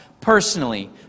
personally